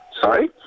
Sorry